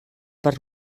per